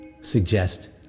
suggest